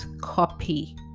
copy